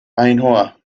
ainhoa